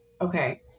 Okay